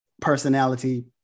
personality